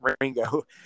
Ringo